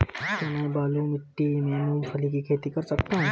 क्या मैं बालू मिट्टी में मूंगफली की खेती कर सकता हूँ?